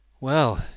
Well